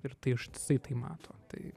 ir tai ištisai tai mato tai